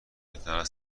میتواند